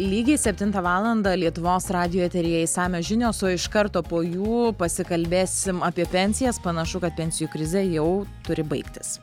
lygiai septintą valandą lietuvos radijo eteryje išsamios žinios o iš karto po jų pasikalbėsim apie pensijas panašu kad pensijų krizė jau turi baigtis